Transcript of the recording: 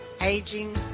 aging